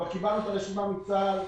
כבר קיבלנו את הרשימה מצה"ל.